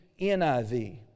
NIV